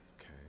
okay